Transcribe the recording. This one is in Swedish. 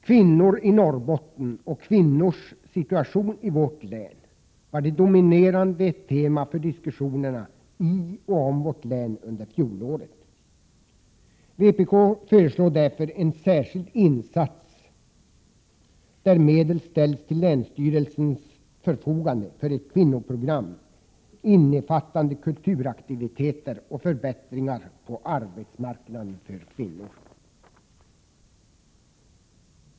Kvinnorna i Norrbotten och deras situation var ett dominerande tema för diskussionerna i och om vårt län under fjolåret. Vpk föreslår därför en särskild insats, där medel ställs till länsstyrelsens förfogande för ett kvinnoprogram innefattande kulturaktiviteter och förbättringar på arbetsmarknaden för kvinnor.